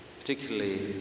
particularly